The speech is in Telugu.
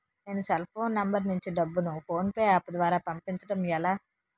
నేను సెల్ ఫోన్ నంబర్ నుంచి డబ్బును ను ఫోన్పే అప్ ద్వారా పంపించడం ఎలా?